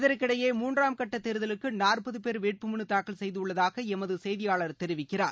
இதற்கிடையே மூன்றாம் கட்டத் தேர்தலுக்கு நாற்பது பேர் வேட்புமனு தாக்கல் செய்துள்ளதாக எமது செய்தியாளர் தெரிவிக்கிறார்